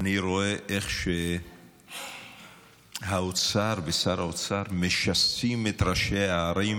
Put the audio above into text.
אני רואה איך האוצר ושר האוצר משסים את ראשי הערים